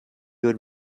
would